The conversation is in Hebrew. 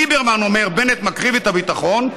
ליברמן אומר: בנט מקריב את הביטחון.